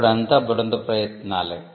ఇప్పుడంతా బృంద ప్రయత్నాలే